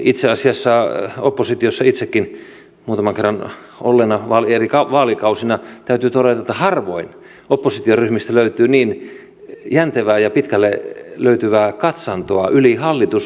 itse asiassa oppositiossa itsekin muutaman kerran eri vaalikausina olleena täytyy todeta että harvoin oppositioryhmistä löytyy niin jäntevää ja pitkälle löytyvää katsantoa yli hallitusoppositiorajojen